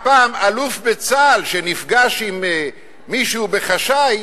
היה פעם אלוף בצה"ל שנפגש עם מישהו בחשאי,